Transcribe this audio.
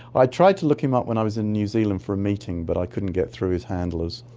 i tried to look him up when i was in new zealand for a meeting but i couldn't get through his handlers.